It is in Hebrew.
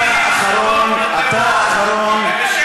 אתה אביר המילים הזכות, אתה האחרון שידבר,